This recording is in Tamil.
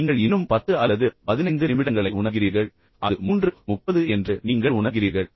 நீங்கள் இன்னும் 10 அல்லது 15 நிமிடங்களை உணர்கிறீர்கள் பின்னர் அது 330 என்று நீங்கள் உணர்கிறீர்கள்